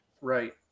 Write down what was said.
right